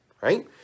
right